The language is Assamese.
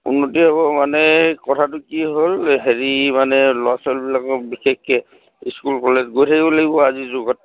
উন্নতি হ'ব মানে কথাটো কি হ'ল হেৰি মানে ল'ৰা ছোৱালীবিলাকৰ বিশেষকে স্কুল কলেজ গৈ থাকিব লাগিব আজিৰ যুগত